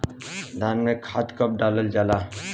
धान में खाद कब डालल जाला?